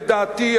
לדעתי,